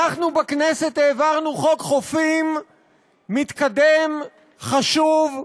אנחנו בכנסת העברנו חוק חופים מתקדם, חשוב,